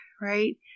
Right